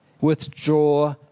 withdraw